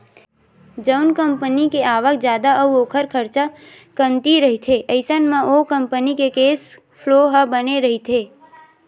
जउन कंपनी के आवक जादा अउ ओखर खरचा कमती रहिथे अइसन म ओ कंपनी के केस फ्लो ह बने रहिथे